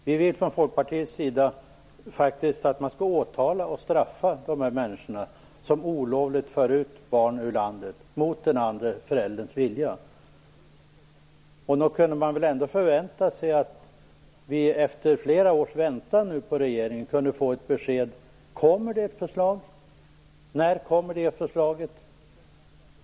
Vi vill från Folkpartiets sida faktiskt att man skall åtala och straffa de människor som olovligt för ut barn ur landet mot den andre förälderns vilja. Nog kunde man väl förvänta sig att vi nu efter flera års väntan kunde få ett besked från regeringen? Kommer det ett förslag? När kommer det förslaget?